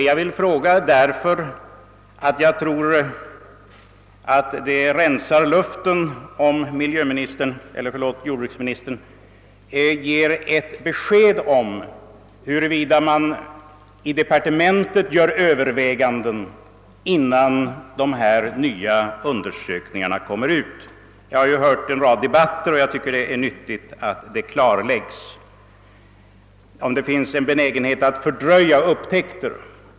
Jag ställer dessa frågor därför att jag tror att det »rensar luften» om jordbruksministern — eller låt mig i detta sammanhang säga miljöministern — ger besked huruvida det i departementet görs överväganden innan dessa nya undersökningar förs ut. Jag har lyssnat till en rad debatter i frå gan, och jag tycker det är nyttigt att det klarläggs, om det finns en benägenhet att fördröja upptäckter.